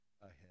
ahead